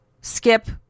skip